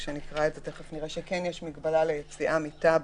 כאשר נקרא את זה תיכף נראה שכן יש מגבלה על היציאה מטאבה